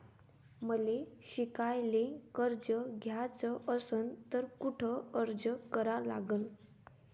मले शिकायले कर्ज घ्याच असन तर कुठ अर्ज करा लागन?